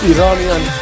Iranian